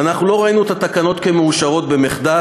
ואנחנו לא ראינו את התקנות כמאושרות במחדל,